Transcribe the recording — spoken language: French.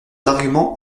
argument